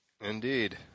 Indeed